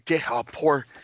poor